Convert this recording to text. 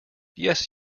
yes